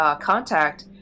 contact